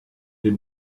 est